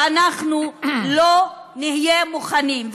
ואנחנו לא נהיה מוכנים,